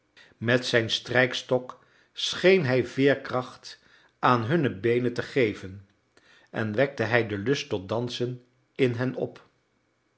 met zijn strijkstok scheen hij veerkracht aan hunne beenen te geven en wekte hij den lust tot dansen in hen op